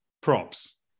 props